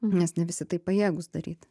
nes ne visi tai pajėgūs daryt